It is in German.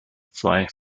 zwei